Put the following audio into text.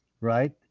right